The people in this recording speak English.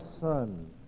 son